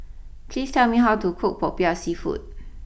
please tell me how to cook Popiah Seafood